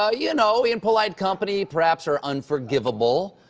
ah you know, in polite company perhaps are unforgivable.